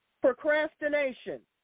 procrastination